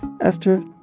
Esther